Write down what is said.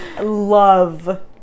Love